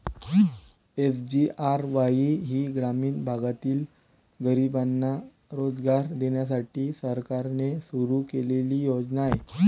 SGRY ही ग्रामीण भागातील गरिबांना रोजगार देण्यासाठी सरकारने सुरू केलेली योजना आहे